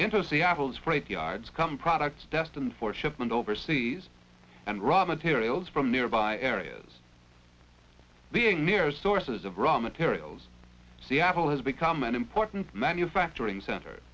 yards come products destined for shipment overseas and raw materials from nearby areas being near sources of raw materials seattle has become an important manufacturing center